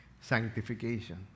sanctification